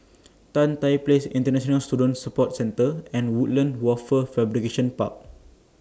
Tan Tye Place International Student Support Centre and Woodlands Wafer Fabrication Park